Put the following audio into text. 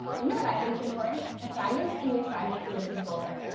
you know what i think is important? assignments and the assignment submission folder.